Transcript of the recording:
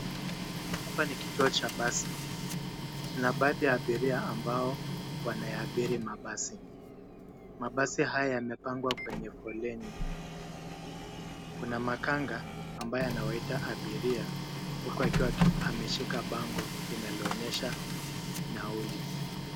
Hapa ni kituo cha basi. Kuna baadhi ya abiria ambao wanayaabiri mabasi. Mabasi haya yamepangwa kwenye foleni. Kuna makanga ambaye anawaita abiria huku akiwa ameshika bango linaloonyesha nauli.